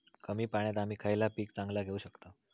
कमी पाण्यात आम्ही खयला पीक चांगला घेव शकताव?